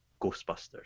Ghostbusters